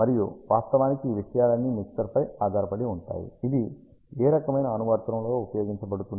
మరియు వాస్తవానికి ఈ విషయాలన్నీ మిక్సర్పై ఆధారపడి ఉంటాయి ఇది ఏ రకమైన అనువర్తనంలో ఉపయోగించబడుతుంది